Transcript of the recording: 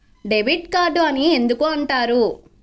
Debit card అని ఎందుకు అంటారు?